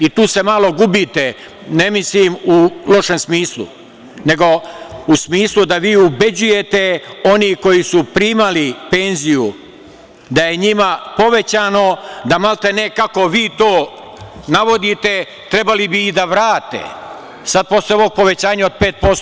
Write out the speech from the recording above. I tu se malo gubite, ne mislim u lošem smislu, nego u smislu da vi ubeđujete one koji su primali penziju, da je njima povećano, da maltene, kako vi to navodite, trebali bi i da vrate sad posle ovog povećanja od 5%